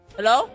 Hello